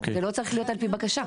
זה לא צריך להיות ע"ע בקשה.